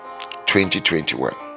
2021